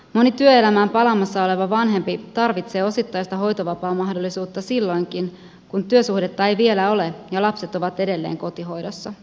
moni työelämään palaamassa oleva vanhempi tarvitsee osittaista hoitovapaamahdollisuutta silloinkin kun työsuhdetta ei vielä ole ja lapset ovat edelleen kotihoidossa